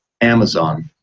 Amazon